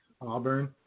Auburn